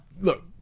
look